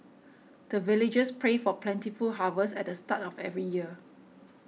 the villagers pray for plentiful harvest at the start of every year